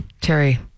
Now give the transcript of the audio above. Terry